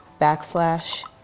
backslash